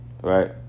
right